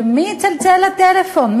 למי יצלצל הטלפון?